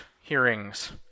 hearings